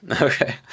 Okay